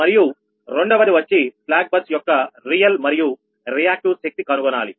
మరియు రెండవది వచ్చి స్లాక్ బస్ యొక్క రియల్ మరియు రియాక్టివ్ శక్తి కనుగొనాలి